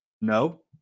No